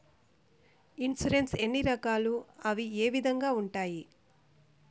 insurance ఎన్ని రకాలు అవి ఏ విధంగా ఉండాయి